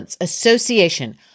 association